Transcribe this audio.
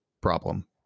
problem